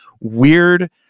weird